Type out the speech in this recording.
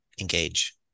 engage